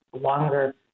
longer